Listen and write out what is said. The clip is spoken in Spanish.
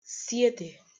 siete